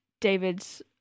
David's